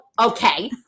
Okay